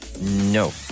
No